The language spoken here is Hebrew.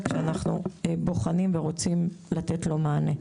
; אנחנו בוחנים אותו ורוצים לתת לו מענה.